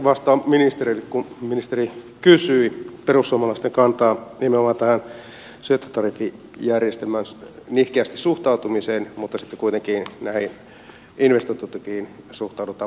vastaan ministerille kun ministeri kysyi perussuomalaisten kantaa nimenomaan tähän syöttötariffijärjestelmään nihkeästi suhtautumiseen mutta sitten kuitenkin näihin investointitukiin suhtaudutaan positiivisesti